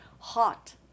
hot